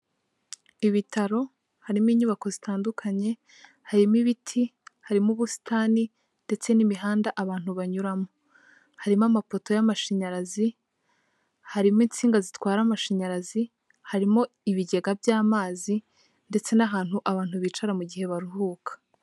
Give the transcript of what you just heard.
Ibitaro harimo inyubako zitandukanye, harimo ibiti, harimo ubusitani ndetse n'imihanda abantu banyuramo, harimo amapoto y'amashanyarazi, harimo insinga zitwara amashanyarazi, harimo ibigega by'amazi ndetse n'ahantu abantu bicara mu igihe baruhuka.